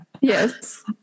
Yes